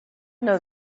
know